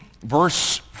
verse